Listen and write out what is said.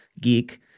Geek